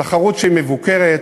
תחרות שהיא מבוקרת.